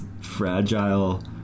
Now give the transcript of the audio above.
fragile